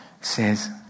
says